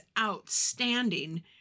outstanding